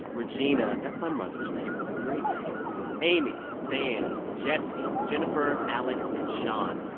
regina that's my mother's name. it's a great name amy, dan, jessie, jennifer, alex and sean.